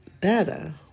better